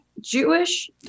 Jewish